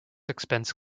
expense